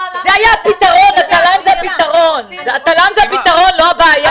זה היה הפתרון, התל"ן זה הפתרון ולא הבעיה.